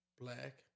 black